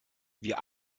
wir